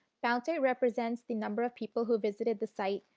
bounce rate represents the number of people who visited the site,